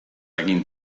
egin